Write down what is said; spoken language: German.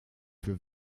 für